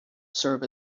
serve